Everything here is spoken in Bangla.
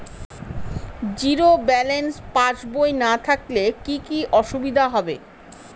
জিরো ব্যালেন্স পাসবই না থাকলে কি কী অসুবিধা হবে?